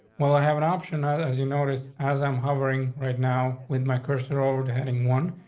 well, i have an option ah as you notice as i'm hovering right now with my cursor over to heading one.